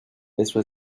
eso